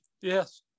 yes